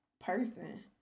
person